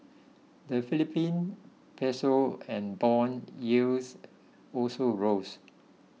the Philippine piso and bond yields also rose